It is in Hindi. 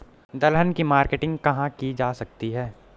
दलहन की मार्केटिंग कहाँ की जा सकती है?